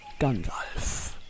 Gandalf